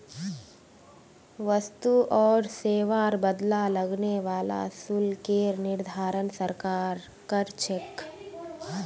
वस्तु आर सेवार बदला लगने वाला शुल्केर निर्धारण सरकार कर छेक